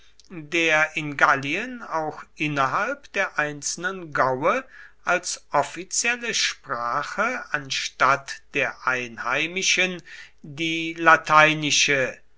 der in gallien auch innerhalb der einzelnen gaue als offizielle sprache anstatt der einheimischen die lateinische